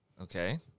Okay